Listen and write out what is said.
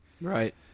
Right